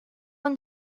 and